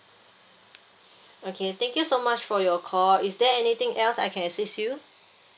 okay thank you so much for your call is there anything else I can assist you